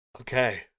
Okay